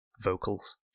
vocals